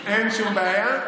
אין שום בעיה.